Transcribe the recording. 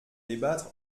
débattre